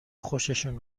خوششون